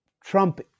Trump